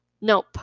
Nope